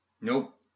Nope